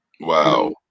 Wow